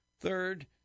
Third